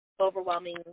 overwhelming